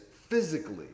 physically